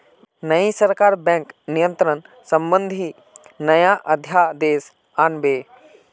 नई सरकार बैंक नियंत्रण संबंधी नया अध्यादेश आन बे